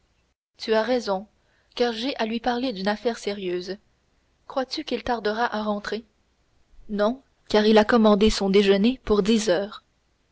tu as raison car j'ai à lui parler d'une affaire sérieuse crois-tu qu'il tardera à rentrer non car il a commandé son déjeuner pour dix heures